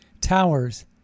towers